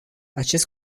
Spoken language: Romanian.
acest